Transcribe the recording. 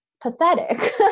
pathetic